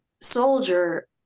soldier